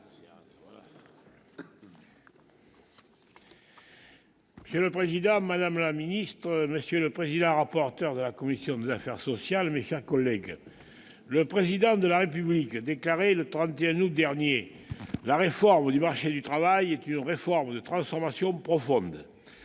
Monsieur le président, madame la ministre, monsieur le rapporteur de la commission des affaires sociales, mes chers collègues, le Président de la République déclarait, le 31 août dernier :« La réforme du marché du travail est une réforme de transformation profonde [